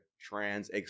trans